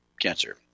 cancer